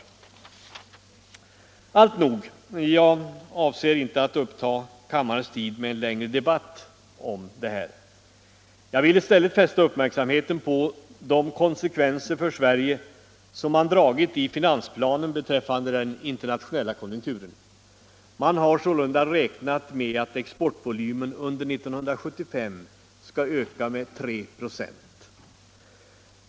Jag avser inte att uppta kammarens tid med en längre debatt om detta. I stället vill jag fästa uppmärksamheten på de konsekvenser för Sverige som man har dragit i finansplanen beträffande den internationella konjunkturen. Man har sålunda räknat med att exportvolymen under 1975 skall öka med 3 96.